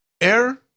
air